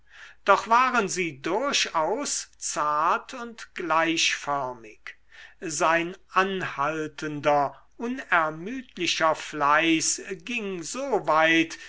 doch waren sie durchaus zart und gleichförmig sein anhaltender unermüdlicher fleiß ging